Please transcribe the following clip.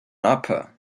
upper